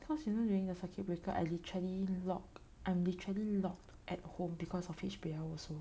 cause you know during the circuit breaker I literally lock I'm literally locked at home because of H_B_L also